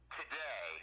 today